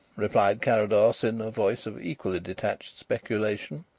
replied carrados, in a voice of equally detached speculation.